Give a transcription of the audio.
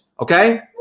Okay